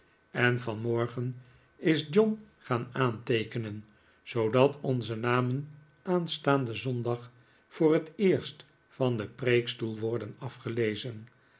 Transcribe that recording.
en vanmorgen is john gaan aanteekenen zoodat onze namen aanstaanden zondag voor het eerst van den preekstoel worden afgelezen